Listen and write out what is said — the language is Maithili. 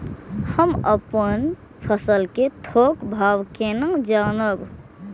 हम अपन फसल कै थौक भाव केना जानब?